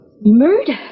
Murder